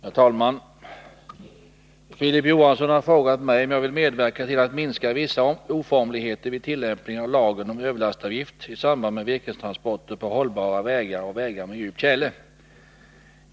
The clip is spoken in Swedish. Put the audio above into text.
Herr talman! Filip Johansson har frågat mig om jag vill medverka till att minska vissa oformligheter vid tillämpningen av lagen om överlastavgift i samband med virkestransporter på hållbara vägar och vägar med djup tjäle.